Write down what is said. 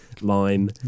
line